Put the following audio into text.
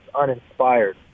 uninspired